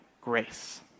grace